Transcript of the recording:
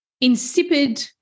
insipid